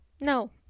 no